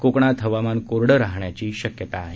कोकणात हवामान कोरडं राहण्याची शक्यता आहे